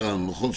קראנו.